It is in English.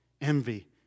envy